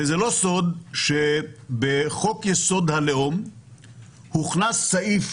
וזה לא סוד שבחוק-יסוד: הלאום הוכנס סעיף